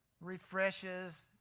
Refreshes